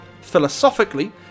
philosophically